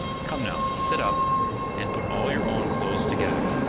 come, now, sit up and put all your own clothes together.